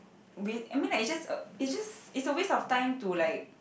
we I mean like it's just a it's just it's a waste time to like